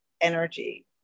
energy